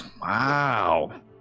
Wow